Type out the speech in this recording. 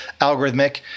algorithmic